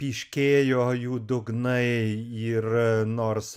pyškėjo jų dugnai ir nors